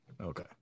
okay